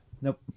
Nope